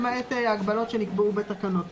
למעט הגבלות שנקבעו בתקנות.